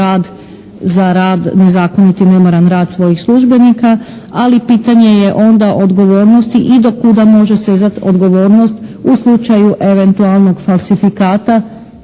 rad, za rad nezakonit i nemaran rad svojih službenika ali pitanje je onda odgovornosti i do kuda može sezati odgovornost u slučaju eventualnog falsifikata